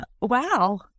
Wow